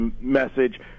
message